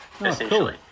essentially